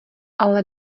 ale